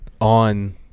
on